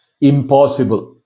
impossible